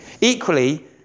Equally